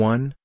One